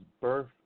birth